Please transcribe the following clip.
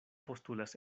postulas